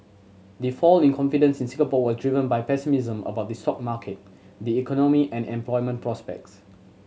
the fall in confidence in Singapore was driven by pessimism about the sock market the economy and employment prospects